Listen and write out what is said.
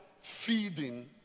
feeding